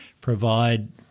provide